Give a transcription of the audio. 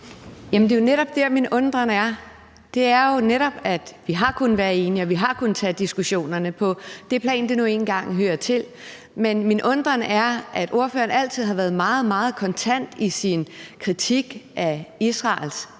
Det er jo netop det, min undren angår. Det er jo netop det, at vi har kunnet være enige og har kunnet tage diskussionerne på det plan, det nu engang hører til på. Men min undren går på, at ordføreren altid har været meget, meget kontant i sin kritik af Israels angreb,